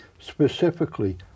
specifically